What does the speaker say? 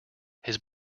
his